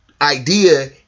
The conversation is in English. idea